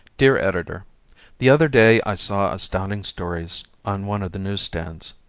dear editor the other day i saw astounding stories on one of the newsstands.